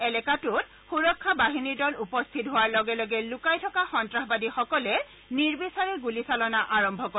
এলেকাটোত সূৰক্ষা বাহিনীৰ দল উপস্থিত হোৱাৰ লগে লগে লুকাই থকা সন্নাসবাদীসকলে নিৰ্বিচাৰে গুলীচালনা আৰম্ভ কৰে